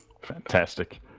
fantastic